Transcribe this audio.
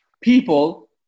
people